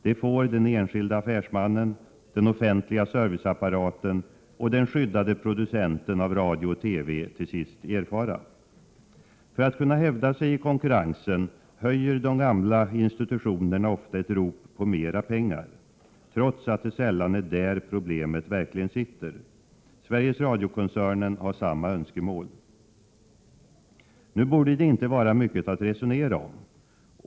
Det får den enskilde affärsmannen, den offentliga serviceapparaten och den skyddade producenten av radio och TV till sist erfara. För att kunna hävda sig i konkurrensen höjer de gamla institutionerna ofta ett rop på mera pengar — trots att det sällan är där problemet verkligen sitter. Sveriges Radio-koncernen har samma önskemål. Nu borde det inte vara mycket att resonera om.